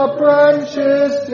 branches